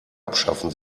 abschaffen